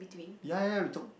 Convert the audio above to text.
ya ya we took